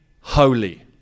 holy